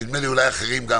נדמה לי אולי גם אחרים,